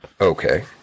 Okay